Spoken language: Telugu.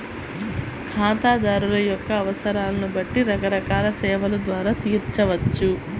ఖాతాదారుల యొక్క అవసరాలను బట్టి రకరకాల సేవల ద్వారా తీర్చవచ్చు